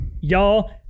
Y'all